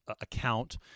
account